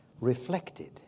reflected